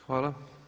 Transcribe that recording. Hvala.